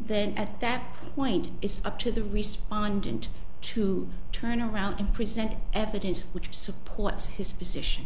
then at that point it's up to the respond and to turn around and present evidence which supports his position